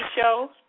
show